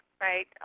right